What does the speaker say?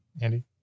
Andy